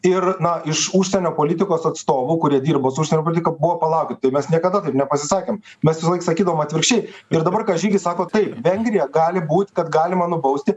ir na iš užsienio politikos atstovų kurie dirba su užsienio politika buvo palaukit tai mes niekada nepasisakėm mes visąlaik sakydavom atvirkščiai ir dabar ką žygis sako taip vengriją gali būt kad galima nubausti